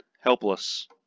Helpless